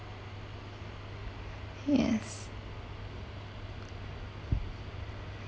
yes